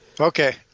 okay